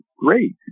Great